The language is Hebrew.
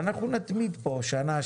ואנחנו נתמיד פה שנה,